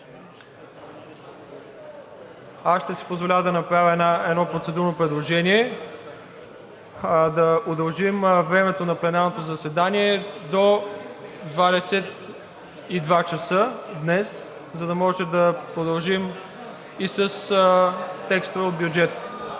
Аз ще си позволя да направя едно процедурно предложение. Да удължим времето на пленарното заседание до 22,00 ч. днес, за да можем да продължим и с текстове от бюджета.